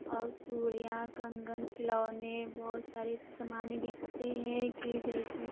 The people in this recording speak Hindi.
और चूड़ियां कंगन खिलौने बहुत सारे समान बिकते हैं कि जैसे